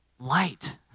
Light